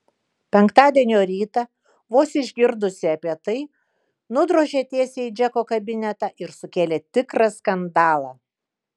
penktadienio rytą vos išgirdusi apie tai nudrožė tiesiai į džeko kabinetą ir sukėlė tikrą skandalą